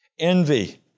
Envy